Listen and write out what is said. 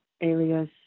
alias